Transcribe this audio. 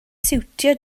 siwtio